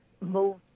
move